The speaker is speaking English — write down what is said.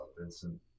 Vincent